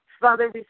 Father